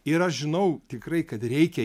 ir aš žinau tikrai kad reikia